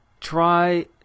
try